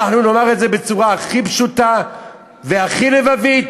אנחנו נאמר את זה בצורה כי פשוטה והכי לבבית